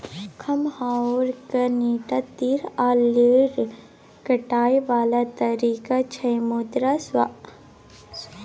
खमहाउर कनीटा तीत आ लेरलेर करय बला तरकारी छै मुदा सुआस्थ लेल फायदेमंद